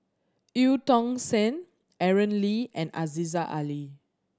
Eu Tong Sen Aaron Lee and Aziza Ali